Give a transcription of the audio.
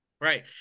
Right